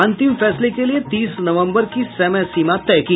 अंतिम फैसले के लिए तीस नवम्बर की समय सीमा तय की